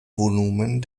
volumen